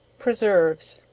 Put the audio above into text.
preserves.